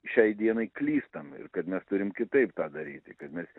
šiai dienai klystam ir kad mes turim kitaip tą daryti kad mes